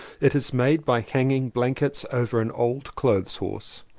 it is made by hanging blankets over an old clothes' horse.